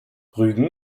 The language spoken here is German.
rügen